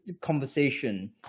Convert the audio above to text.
conversation